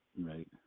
Right